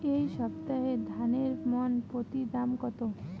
এই সপ্তাহে ধানের মন প্রতি দাম কত?